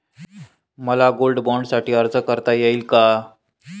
मला गोल्ड बाँडसाठी अर्ज करता येईल का?